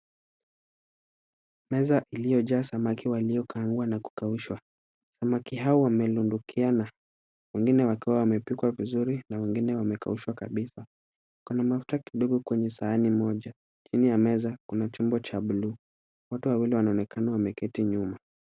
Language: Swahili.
Meza iliyojaa samaki waliokaangwa na kukaushwa. Samaki hawa wamerundukiana, wengine wakiwa wamepikwa vizuri na wengine wamekaushwa kabisa. Kuna mafuta kidogo kwenye sahani moja. Chini ya meza kuna chombo cha buluu. Watu wawili wanaonekana wameketi nyuma.